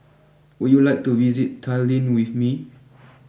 would you like to visit Tallinn with me